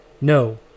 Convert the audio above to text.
no